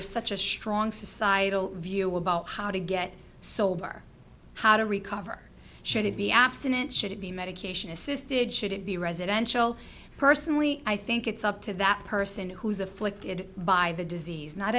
is such a strong societal view about how to get sober how to recover should it be abstinent should it be medication assisted should it be residential personally i think it's up to that person who is afflicted by the disease not